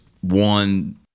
One